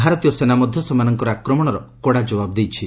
ଭାରତୀୟ ସେନା ମଧ୍ୟ ସେମାନଙ୍କ ଆକ୍ରମଣର କଡ଼ା ଜବାବ୍ ଦେଇଛି